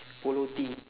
polo tee